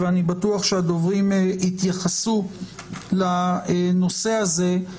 ואני בטוח שהדוברים יתייחסו לנושא הזה,